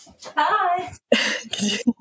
hi